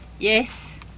Yes